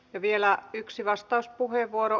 ja vielä yksi vastauspuheenvuoro